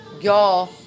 y'all